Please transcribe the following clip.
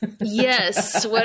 Yes